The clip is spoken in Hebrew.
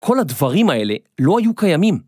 כל הדברים האלה לא היו קיימים.